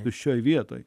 tuščioje vietoj